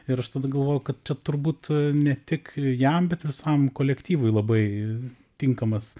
ir aš tada galvoju kad čia turbūt ne tik jam bet visam kolektyvui labai tinkamas